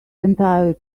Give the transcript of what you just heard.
entirely